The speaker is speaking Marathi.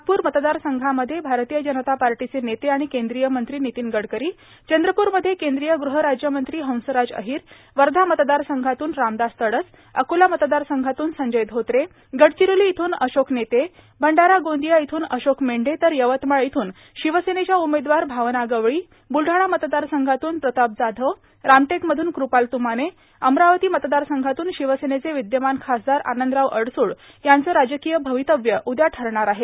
नागपूर मतदार संघामध्ये भारतीय जनता पार्टाचे नेते आर्गण केन्द्रीय मंत्री र्गितीन गडकरी चंद्रपूर मध्ये केन्द्रीय गृह राज्यमंत्री हंसराज र्रीहर वधा मतदार संघातून रामदास तडस अकोला मतदार संघातून संजय धोत्रे गर्डाचरोलो मतदार संघातून अशोक नेते भंडारा गोंदिया मतदार संघातून अशोक मढे तर यवतमाळ इथून र्षाशवसेनेचे उमेदवार भावना गवळी बुलढाणा मतदार संघातून प्रताप जाधव रामटेकमधून कृपाल तुमाने अमरावती मतदार संघातून शिवसेनेचे विद्यमान खासदार आनंदराव अडसूळ यांचं राजकोय भावतव्य उद्या ठरणार आहे